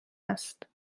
است